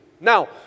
Now